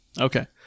Okay